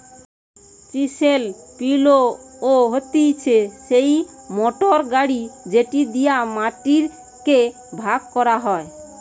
chisel plough হতিছে সেই motor গাড়ি যেটি দিয়া মাটি কে ভাগ করা হয়